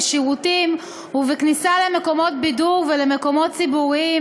בשירותים ובכניסה למקומות בידור ולמקומות ציבוריים